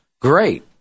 great